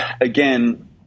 again